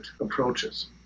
approaches